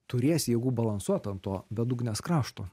turės jėgų balansuot ant to bedugnės krašto